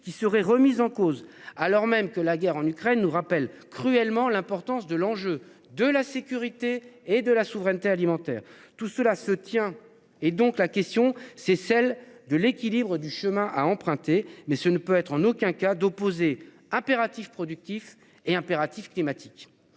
qui serait remise en cause, alors même que la guerre en Ukraine nous rappelle cruellement l'importance de l'enjeu de la sécurité et de la souveraineté alimentaire. Tout cela se tient. Et donc la question c'est celle de l'équilibre du chemin à emprunter mais ce ne peut être en aucun cas d'opposer impératif productif et impératif climatique.